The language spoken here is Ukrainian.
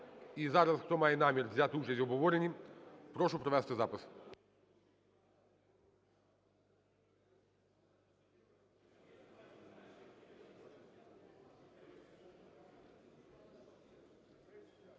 І зараз, хто має намір взяти участь в обговоренні, прошу провести запис.